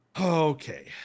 Okay